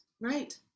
Right